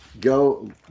Go